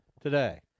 today